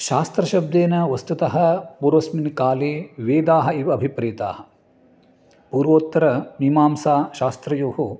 शास्त्रशब्देन वस्तुतः पूर्वस्मिन् काले वेदाः एव अभिप्रेताः पूर्वोत्तरमीमांसाशास्त्रयोः